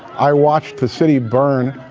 i watched the city burn.